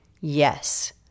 Yes